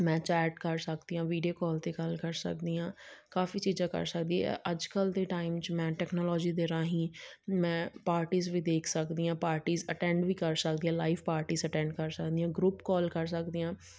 ਮੈਂ ਚੈਟ ਕਰ ਸਕਦੀ ਹਾਂ ਵੀਡੀਓ ਕਾਲ 'ਤੇ ਗੱਲ ਕਰ ਸਕਦੀ ਹਾਂ ਕਾਫੀ ਚੀਜ਼ਾਂ ਕਰ ਸਕਦੀ ਹਾਂ ਅੱਜ ਕੱਲ੍ਹ ਦੇ ਟਾਈਮ 'ਚ ਮੈਂ ਟੈਕਨੋਲੋਜੀ ਦੇ ਰਾਹੀਂ ਮੈਂ ਪਾਰਟੀਜ਼ ਵੀ ਦੇਖ ਸਕਦੀ ਹਾਂ ਪਾਰਟੀਜ ਅਟੈਂਡ ਵੀ ਕਰ ਸਕਦੀ ਹਾਂ ਲਾਈਵ ਪਾਰਟੀ ਅਟੈਂਡ ਕਰ ਸਕਦੀ ਹਾਂ ਗਰੁੱਪ ਕਾਲ ਕਰ ਸਕਦੀ ਹਾਂ